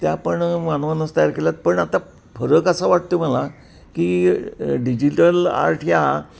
त्या पण मानवानंच तयार केल्या आहेत पण आता फरक असा वाटतो मला की डिजिटल आर्ट या